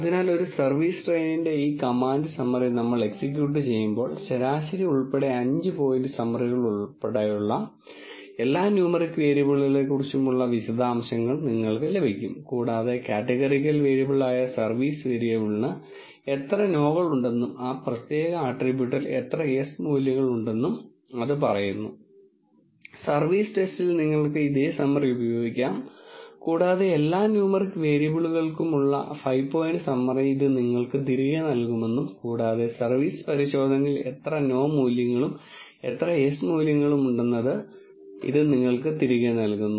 അതിനാൽ ഒരു സർവീസ് ട്രെയിനിന്റെ ഈ കമാൻഡ് സമ്മറി നമ്മൾ എക്സിക്യൂട്ട് ചെയ്യുമ്പോൾ ശരാശരി ഉൾപ്പെടെ 5 പോയിന്റ് സമ്മറികളുള്ള എല്ലാ ന്യൂമറിക് വേരിയബിളുകളെക്കുറിച്ചുള്ള വിശദാംശങ്ങൾ നിങ്ങൾക്ക് ലഭിക്കും കൂടാതെ കാറ്റഗറിക്കൽ വേരിയബിളായ സർവീസ് വേരിയബിളിന് എത്ര നോകൾ ഉണ്ടെന്നും ആ പ്രത്യേക ആട്രിബ്യൂട്ടിൽ എത്ര യെസ് മൂല്യങ്ങൾ ഉണ്ടെന്നും അത് പറയുന്നു സർവീസ് ടെസ്റ്റിൽ നിങ്ങൾക്ക് ഇതേ സമ്മറി ഉപയോഗിക്കാം കൂടാതെ എല്ലാ ന്യൂമെറിക് വേരിയബിളുകൾക്കുമുള്ള 5 പോയിന്റ് സമ്മറി ഇത് നിങ്ങൾക്ക് തിരികെ നൽകുമെന്നും കൂടാതെ സർവീസ് പരിശോധനയിൽ എത്ര നോ മൂല്യങ്ങളും എത്ര യെസ് മൂല്യങ്ങളും ഉണ്ടെന്നത് ഇത് നിങ്ങൾക്ക് തിരികെ നൽകുന്നു